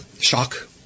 shock